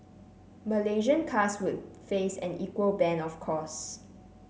Malaysian cars would face an equal ban of course